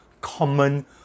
common